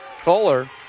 Fuller